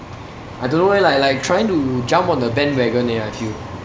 I don't know eh like like trying to jump on the bandwagon eh I feel